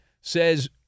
says